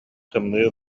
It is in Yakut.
тымныы